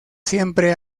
siempre